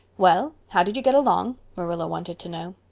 well, how did you get along? marilla wanted to know.